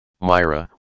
Myra